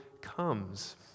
comes